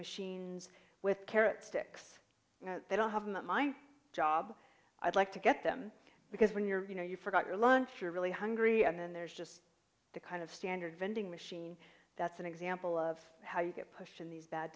machines with carrot sticks they don't have them at my job i'd like to get them because when you're you know you forgot your lunch you're really hungry and then there's just the kind of standard vending machine that's an example of how you get pushed in these bad